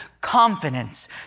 confidence